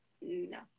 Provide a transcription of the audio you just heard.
No